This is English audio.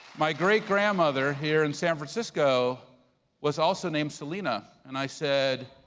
my great-grandmother here in san francisco was also named selina. and i said,